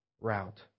route